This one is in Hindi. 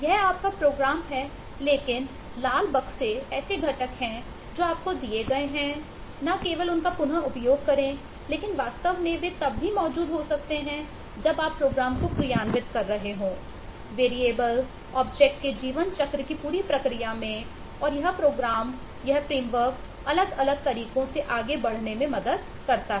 यह आपका प्रोग्राम अलग अलग तरीकों से आगे बढ़ने में मदद करता है